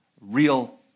real